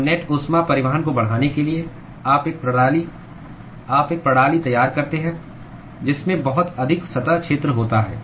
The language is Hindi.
तो नेट ऊष्मा परिवहन को बढ़ाने के लिए आप एक प्रणाली तैयार करते हैं जिसमें बहुत अधिक सतह क्षेत्र होता है